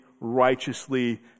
righteously